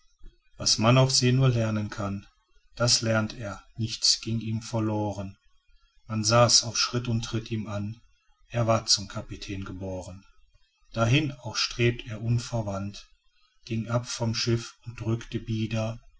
was man auf see nur lernen kann das lernt er nichts ging ihm verloren man sah's auf schritt und tritt ihm an er war zum kapitän geboren dahin auch strebt er unverwandt ging ab vom schiff und drückte bieder